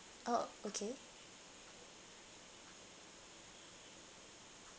oh okay